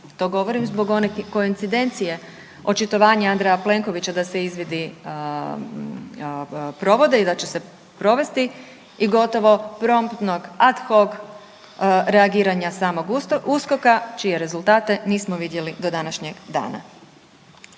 To govorim zbog one koecidencije očitovanja Andreja Plenkovića da se izvidi provode i da će se provesti i gotovo promptnog ad hoc reagiranja samog USKOK-a čije rezultate nismo vidjeli do današnjeg dana.